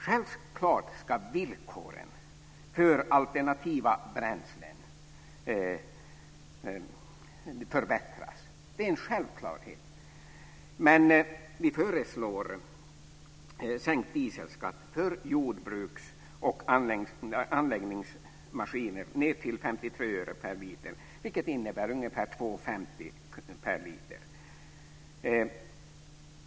Självklart ska villkoren för alternativa bränslen förbättras. Det är en självklarhet. Vi föreslår sänkt dieselskatt för jordbruks och anläggningsmaskiner med 53 öre per liter, vilket innebär en kostnad på ungefär 2:50 kr per liter.